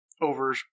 over